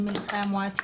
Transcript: אמילי מואטי,